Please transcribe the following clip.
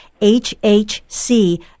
H-H-C